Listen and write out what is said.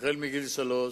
החל מגיל שלוש.